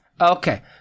okay